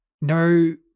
no